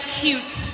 cute